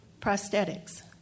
prosthetics